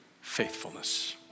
faithfulness